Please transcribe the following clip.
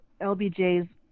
LBJ's